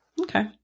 Okay